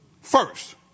First